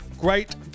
great